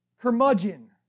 curmudgeon